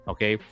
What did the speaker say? Okay